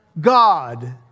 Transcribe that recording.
God